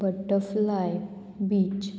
butterfly beach